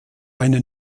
eine